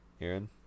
aaron